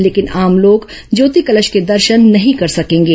लेकिन आम लोग ज्योति कलश के दर्शन नहीं कर सकेंगे